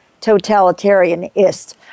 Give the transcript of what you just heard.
totalitarianist